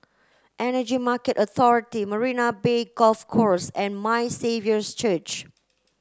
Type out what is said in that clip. Energy Market Authority Marina Bay Golf Course and My Saviour's Church